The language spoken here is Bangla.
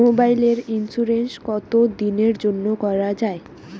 মোবাইলের ইন্সুরেন্স কতো দিনের জন্যে করা য়ায়?